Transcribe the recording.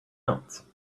else